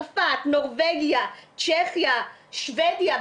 צרפת, נורבגיה, צ'כיה, שבדיה.